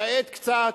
תאט קצת,